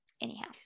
anyhow